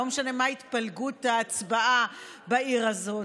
לא משנה מה התפלגות ההצבעה בעיר הזאת: